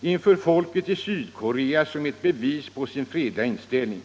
inför folket i Sydkorea som ett bevis på sin fredliga inställning.